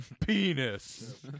penis